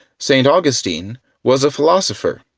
st. augustine was a philosopher,